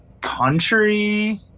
country